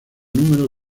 número